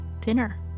Dinner